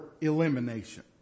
elimination